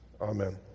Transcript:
Amen